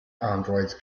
androids